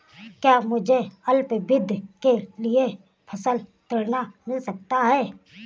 क्या मुझे अल्पावधि के लिए फसल ऋण मिल सकता है?